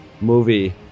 movie